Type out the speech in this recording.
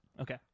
Okay